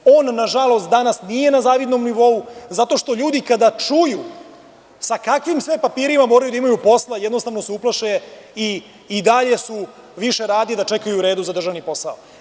On nažalost, danas nije na zavidnom nivou, zato što ljudi kada čuju sa kakvim sve papirima moraju da i maju posla, jednostavno se uplaše, i dalje su više radi da čekaju u redu za državni posao.